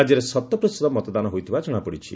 ରାଜ୍ୟରେ ଶତ ପ୍ରତିଶତ ମତଦାନ ହୋଇଥିବା ଜଣାପଡ଼ିଛି